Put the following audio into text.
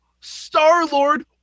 Star-Lord